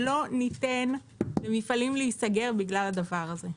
לא ניתן למפעלים להיסגר בגלל הדבר הזה.